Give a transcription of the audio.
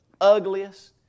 ugliest